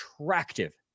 attractive